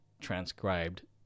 transcribed